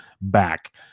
back